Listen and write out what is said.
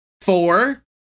Four